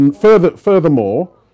Furthermore